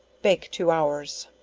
bake two hours.